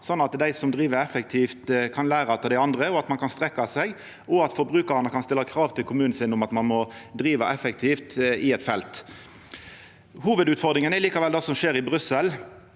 sånn at dei som driv effektivt, kan læra av dei andre, at ein kan strekkja seg, og at forbrukarane kan stilla krav til kommunen sin om at ein må driva effektivt i eit felt. Hovudutfordringa er likevel det som skjer i Brussel.